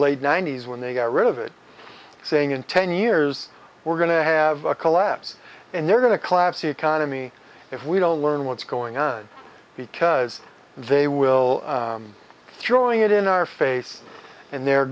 late ninety's when they got rid of it saying in ten years we're going to have a collapse and they're going to collapse economy if we don't learn what's going on because they will throwing it in our face and they're